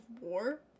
war